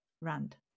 Rand